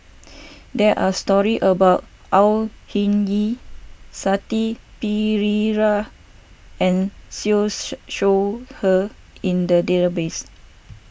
there are stories about Au Hing Yee Shanti Pereira and Siew Shaw Her in the database